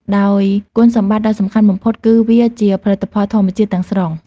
ដោយគុណសម្បត្តិដ៏សំខាន់បំផុតគឺវា ជាផលិតផលធម្មជាតិ ទាំងស្រុង។